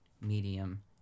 medium